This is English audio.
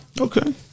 Okay